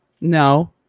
No